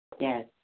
Yes